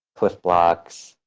clif blocks.